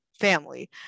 family